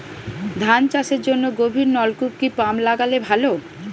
ধান চাষের জন্য গভিরনলকুপ কি পাম্প লাগালে ভালো?